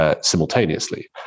Simultaneously